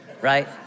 right